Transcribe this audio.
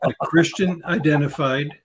Christian-identified